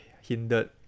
hindered